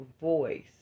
voice